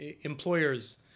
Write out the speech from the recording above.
Employers